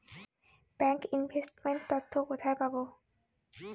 Bank investment তথ্য কোথায় পাব?